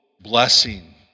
blessing